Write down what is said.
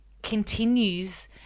continues